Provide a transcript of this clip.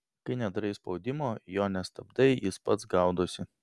kai nedarai spaudimo jo nestabdai jis pats gaudosi